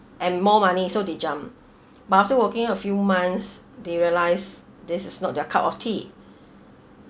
and more money so they jump but after working a few months they realiSe this is not their cup of tea